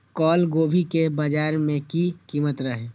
कल गोभी के बाजार में की कीमत रहे?